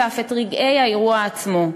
ואף את רגעי האירוע עצמו,